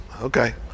okay